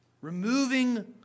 removing